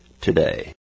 today